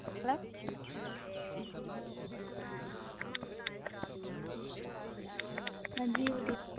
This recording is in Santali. ᱦᱮᱞᱳ ᱢᱟᱺᱡᱷᱤ ᱵᱩᱰᱷᱤ